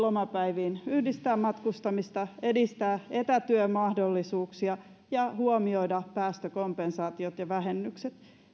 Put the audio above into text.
yhdistää matkustamista lomapäiviin edistää etätyömahdollisuuksia ja huomioida päästökompensaatiot ja vähennykset